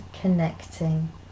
connecting